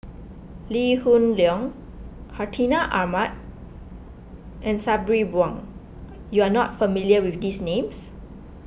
Lee Hoon Leong Hartinah Ahmad and Sabri Buang you are not familiar with these names